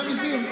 המיסים.